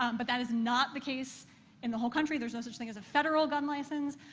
um but that is not the case in the whole country. there's no such thing as a federal gun license.